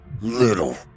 little